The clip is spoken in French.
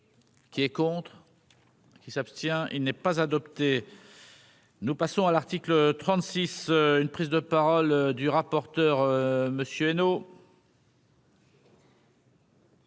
qui est contre. Qui s'abstient, il n'est pas adopté. Nous passons à l'article 36, une prise de parole du rapporteur Monsieur